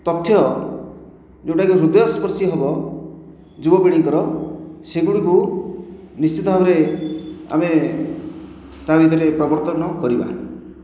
ତଥ୍ୟ ଯେଉଁଟାକି ହୃଦୟ ସ୍ପର୍ଶୀ ହେବ ଯୁବପୀଢ଼ିଙ୍କର ସେହିଗୁଡ଼ିକୁ ନିଶ୍ଚିତ ଭାବରେ ଆମେ ତାହା ଭିତରେ ପ୍ରବର୍ତ୍ତନ କରିବା